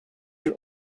your